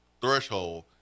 threshold